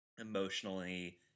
emotionally